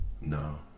No